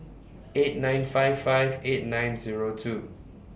eight nine five five eight nine Zero two